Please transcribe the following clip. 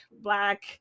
black